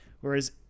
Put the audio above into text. whereas